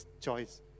choice